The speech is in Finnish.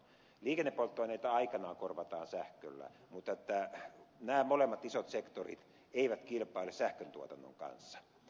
liikennepolttoaineita aikanaan korvataan sähköllä mutta nämä molemmat isot sektorit eivät kilpaile sähköntuotannon kanssa